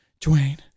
Dwayne